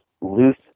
loose